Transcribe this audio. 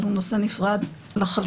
אבל הוא נושא נפרד לחלוטין.